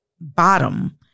bottom